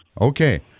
Okay